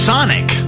Sonic